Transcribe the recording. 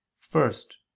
First